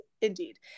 indeed